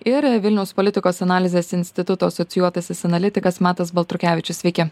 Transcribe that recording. ir vilniaus politikos analizės instituto asocijuotasis analitikas matas baltrukevičius sveiki